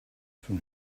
from